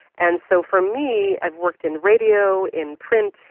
and so for me, i've worked in radio, in print,